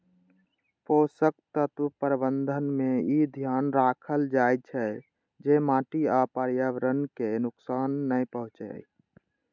पोषक तत्व प्रबंधन मे ई ध्यान राखल जाइ छै, जे माटि आ पर्यावरण कें नुकसान नै पहुंचै